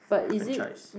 franchise